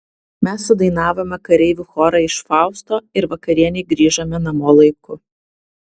mes sudainavome kareivių chorą iš fausto ir vakarienei grįžome namo laiku